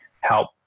help